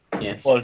yes